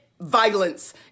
violence